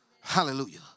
Hallelujah